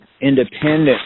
independent